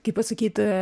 kaip pasakyt